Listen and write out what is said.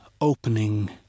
opening